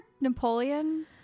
Napoleon